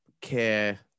care